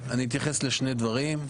אתייחס לשני דברים.